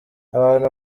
abantu